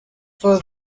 for